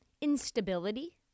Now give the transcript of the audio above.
instability